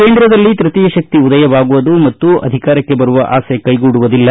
ಕೇಂದ್ರದಲ್ಲಿ ತೃತೀಯ ಶಕ್ತಿ ಉದಯವಾಗುವುದು ಮತ್ತು ಅಧಿಕಾರಕ್ಕೆ ಬರುವ ಆಸೆ ಕೈಗೂಡುವುದಿಲ್ಲ